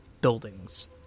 buildings